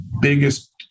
biggest